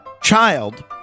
child